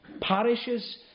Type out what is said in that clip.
Parishes